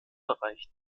bereich